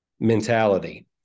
Mentality